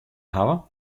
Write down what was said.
hawwe